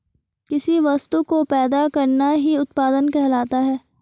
किसी वस्तु को पैदा करना ही उत्पादन कहलाता है